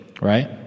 right